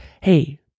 hey